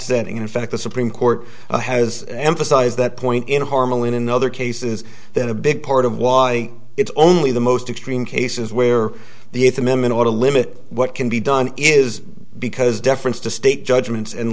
setting in fact the supreme court has emphasized that point in harmaline in other cases that a big part of why it's only the most extreme cases where the eighth amendment ought to limit what can be done is because deference to state judgments and